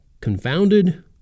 Confounded